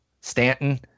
Stanton